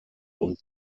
und